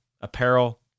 apparel